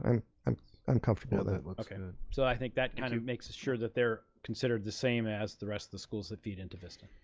and um and that looks good. so i think that kind of makes sure that they're considered the same as the rest of the schools that feed into vista.